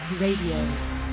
Radio